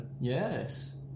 yes